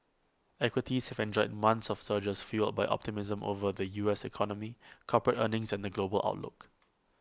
equities have enjoyed months of surges fuelled by optimism over the U S economy corporate earnings and the global outlook